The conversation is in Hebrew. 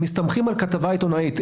מסתמכים על כתבה עיתונאית.